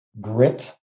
grit